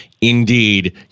indeed